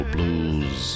Blues